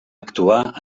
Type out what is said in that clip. actuar